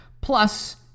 plus